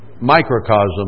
microcosm